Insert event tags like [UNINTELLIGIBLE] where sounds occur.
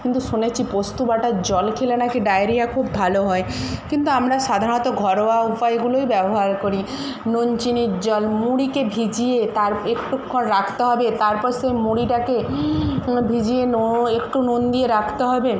কিন্তু শুনেছি পোস্ত বাটার জল খেলে নাকি ডায়রিয়া খুব ভালো হয় কিন্তু আমরা সাধারণত ঘরোয়া উপায়গুলোই ব্যবহার করি নুন চিনির জল মুড়িকে ভিজিয়ে তার তার একটুক্ষণ রাখতে হবে তারপর সেই মুড়িটাকে ভিজিয়ে নো [UNINTELLIGIBLE] একটু নুন দিয়ে রাখতে হবে